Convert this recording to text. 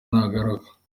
nagaruka